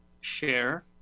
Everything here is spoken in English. share